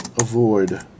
avoid